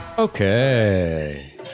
Okay